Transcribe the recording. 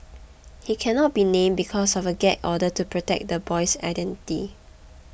he cannot be named because of a gag order to protect the boy's identity